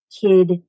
kid